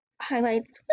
highlights